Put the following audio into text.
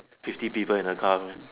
fifty people in a car meh